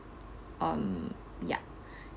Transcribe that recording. um ya